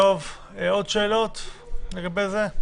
עוד שאלות לגבי הזה?